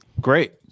Great